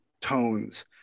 tones